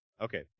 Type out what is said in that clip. Okay